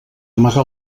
amagar